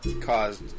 caused